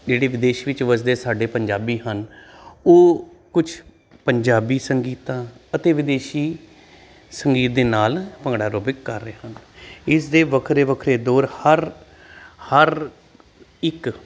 ਜਿਹੜੇ ਵਿਦੇਸ਼ ਵਿੱਚ ਵੱਸਦੇ ਸਾਡੇ ਪੰਜਾਬੀ ਹਨ ਉਹ ਕੁਛ ਪੰਜਾਬੀ ਸੰਗੀਤਾਂ ਅਤੇ ਵਿਦੇਸ਼ੀ ਸੰਗੀਤ ਦੇ ਨਾਲ ਭੰਗੜਾ ਐਰੋਬਿਕ ਕਰ ਰਹੇ ਹਨ ਇਸ ਦੇ ਵੱਖਰੇ ਵੱਖਰੇ ਦੌਰ ਹਰ ਹਰ ਇੱਕ